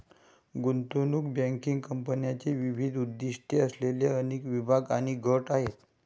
गुंतवणूक बँकिंग कंपन्यांचे विविध उद्दीष्टे असलेले अनेक विभाग आणि गट आहेत